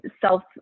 self